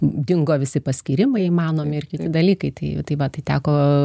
dingo visi paskyrimai įmanomi ir kiti dalykai tai tai va tai teko